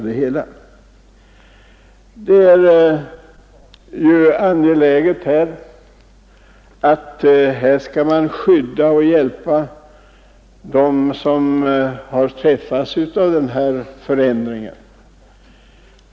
Det är angeläget att skydda och hjälpa dem som drabbats av denna förändring.